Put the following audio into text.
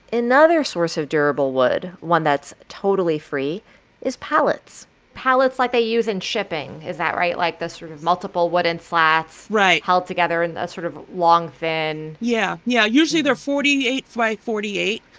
another source of durable wood one that's totally free is pallets pallets like they use in shipping is that right? like those sort of multiple wooden slats. right. held together in a sort of long, thin. yeah. yeah, usually they're forty eight by forty eight,